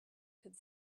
could